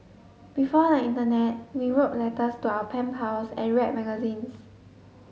before the internet we wrote letters to our pen pals and read magazines